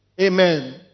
amen